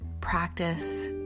practice